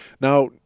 now